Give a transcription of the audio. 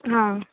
हा